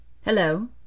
Hello